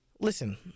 listen